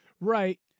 Right